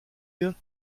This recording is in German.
wir